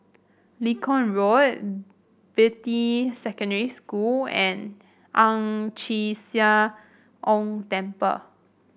Lincoln Road Beatty Secondary School and Ang Chee Sia Ong Temple